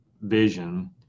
vision